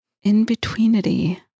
In-betweenity